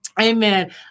Amen